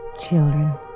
Children